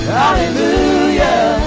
hallelujah